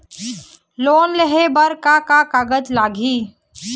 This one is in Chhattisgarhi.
लोन लेहे बर का का कागज लगही?